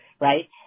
right